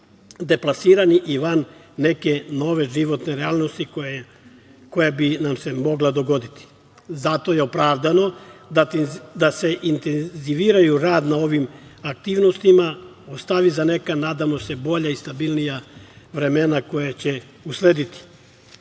deplasirani i van neke nove životne realnosti koja bi nam se mogla dogoditi. Zato je opravdano da se intenzivira rad na ovim aktivnostima ostavi za neka, nadamo se, bolja i stabilnija vremena koja će uslediti.S